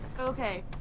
Okay